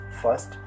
first